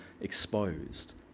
exposed